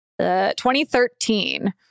2013